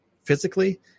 physically